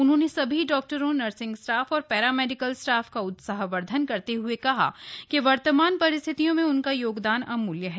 उन्होंने सभी डाक्टरों नर्सिंग स्टाफ़ और पैरामेडिकल स्टाफ़ का उत्साहवर्द्वन करते हए कहा कि वर्तमान परिस्थितियों में उनका योगदान अमूल्य है